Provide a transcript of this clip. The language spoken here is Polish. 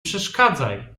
przeszkadzaj